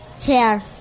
Chair